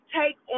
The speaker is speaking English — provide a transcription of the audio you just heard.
take